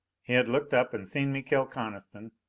he had looked up and seen me kill coniston.